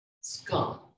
scum